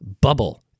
bubble